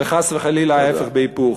וחס וחלילה, ההפך בהיפוך.